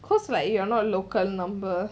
cause like you are not local number